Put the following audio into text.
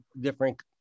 different